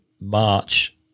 March